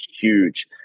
huge